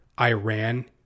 Iran